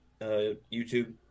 YouTube